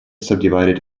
subdivided